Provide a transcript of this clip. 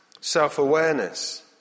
self-awareness